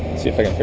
see if i